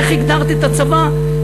איך הגדרת את הצבא?